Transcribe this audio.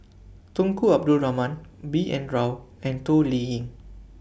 Tunku Abdul Rahman B N Rao and Toh Liying